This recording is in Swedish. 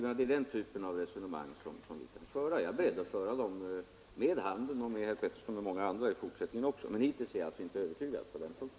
Det är den typen av resonemang som vi kan föra, och jag är beredd att föra sådana resonemang med handeln, med herr Pettersson i Lund och med många andra också i fortsättningen. Men hittills har jag alltså inte blivit övertygad på den punkten.